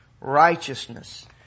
righteousness